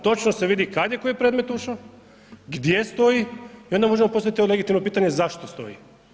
Točno se vidi, kada je koji predmet ušao, gdje stoji i onda možemo postaviti legitimno pitanje zašto stoji.